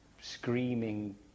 screaming